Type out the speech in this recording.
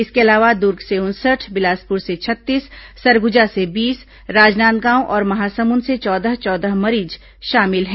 इसके अलावा द्र्ग से उनसठ बिलासपुर से छत्तीस सरगुजा से बीस राजनांदगांव और महासमुंद से चौदह चौदह मरीज शामिल है